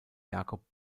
jacob